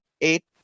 eight